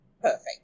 perfect